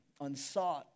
unsought